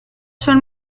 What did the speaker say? son